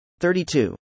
32